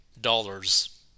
dollars